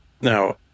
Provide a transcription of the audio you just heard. Now